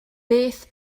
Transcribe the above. beth